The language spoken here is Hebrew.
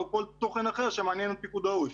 או כל תוכן אחר שמעניין את פיקוד העורף,